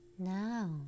Now